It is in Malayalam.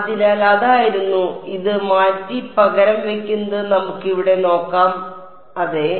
അതിനാൽ അതായിരുന്നു ഇത് മാറ്റി പകരം വയ്ക്കുന്നത് നമുക്ക് ഇവിടെ നോക്കാം അതെ